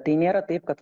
tai nėra taip kad